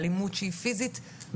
אלימות פיזית,